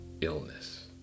illness